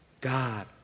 God